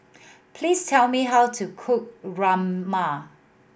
please tell me how to cook Rajma